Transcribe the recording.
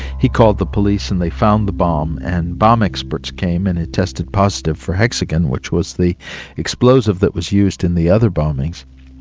he called the police and they found the bomb, and bomb experts came and it tested positive for hexogen which was the explosive that was used in the other bombings.